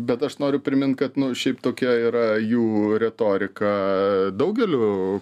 bet aš noriu primint kad nu šiaip tokia yra jų retorika daugeliu